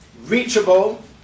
reachable